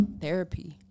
therapy